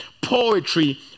poetry